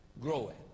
growing